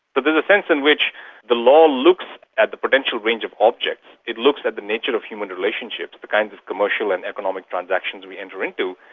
but there's a sense in which the law looks at the potential range of objects, it looks at the nature of human relationships, the kinds of commercial and economic transactions we enter into,